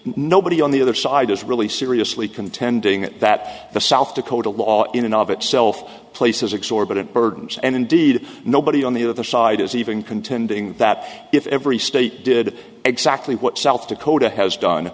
nobody on the other side is really seriously contending that the south dakota law in and of itself places exorbitant burdens and indeed nobody on the other side is even contending that if every state did exactly what south dakota has done